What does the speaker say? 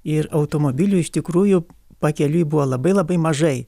ir automobiliui iš tikrųjų pakeliui buvo labai labai mažai